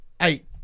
eight